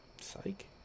Psych